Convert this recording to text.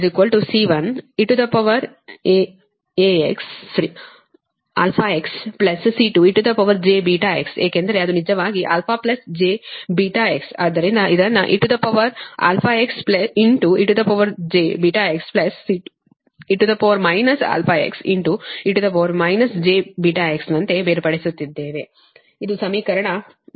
V C1 eαxC2ejβx ಏಕೆಂದರೆ ಅದು ನಿಜವಾಗಿ αjβx ಆದ್ದರಿಂದ ಅದನ್ನು eαxejβx C2e αxe jβx ನಂತೆ ಬೇರ್ಪಡಿಸುತ್ತಿದ್ದೇವೆ ಇದು ಸಮೀಕರಣ 49